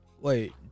Wait